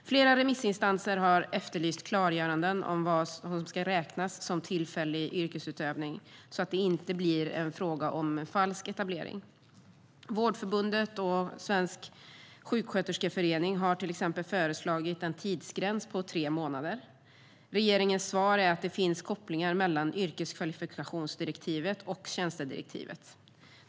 Flera remissinstanser har efterlyst klargöranden om vad som ska räknas som tillfällig yrkesutövning så att det inte blir en fråga om falsk etablering. Vårdförbundet och Svensk sjuksköterskeförening har till exempel föreslagit en tidsgräns på tre månader. Regeringens svar är att det finns kopplingar mellan yrkeskvalifikationsdirektivet och tjänstedirektivet.